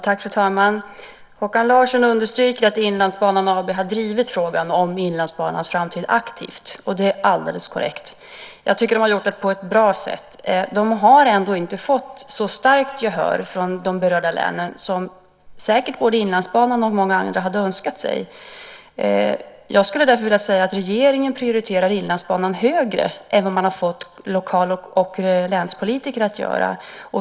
Fru talman! Håkan Larsson understryker att Inlandsbanan AB har drivit frågan om Inlandsbanans framtid aktivt, och det är alldeles korrekt. Jag tycker att företaget har gjort det på ett bra sätt. Det har ändå inte fått så starkt gehör från de berörda länen som säkert både Inlandsbanan och många andra hade önskat sig. Jag skulle därför vilja säga att regeringen prioriterar Inlandsbanan högre än vad man har fått lokal och länspolitiker att göra.